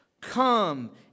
Come